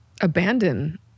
abandon